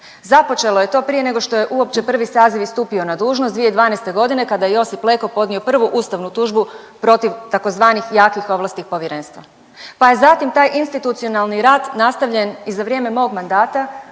Započelo je to prije nego što je uopće prvi saziv i stupio na dužnost 2012. g. kada je Josip Leko podnio prvu ustavnu tužbu protiv tzv. jakih ovlasti Povjerenstva pa je zatim taj institucionalni rad nastavljen i za vrijeme mog mandata